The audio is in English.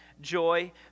joy